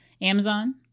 Amazon